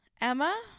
Emma